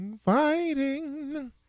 Fighting